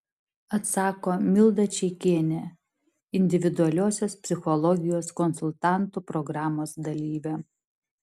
atsako milda čeikienė individualiosios psichologijos konsultantų programos dalyvė